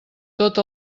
tot